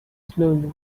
slowly